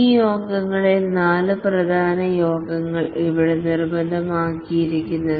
ഈ യോഗങ്ങളിൽ 4 പ്രധാന യോഗങ്ങൾ ഇവിടെ നിർബന്ധമാക്കിയിരിക്കുന്നത്